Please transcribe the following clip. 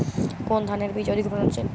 কোন ধানের বীজ অধিক ফলনশীল?